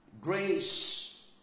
grace